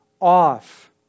off